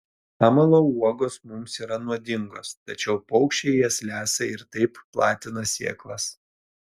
amalo uogos mums yra nuodingos tačiau paukščiai jas lesa ir taip platina sėklas